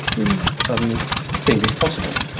we suddenly think is possible.